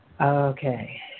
Okay